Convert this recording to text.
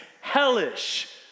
hellish